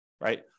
right